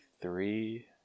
three